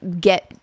get